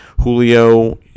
Julio